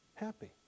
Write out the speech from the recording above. happy